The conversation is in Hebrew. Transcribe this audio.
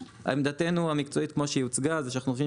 עמדתנו המקצועית כמו שהיא הוצגה שאנחנו חושבים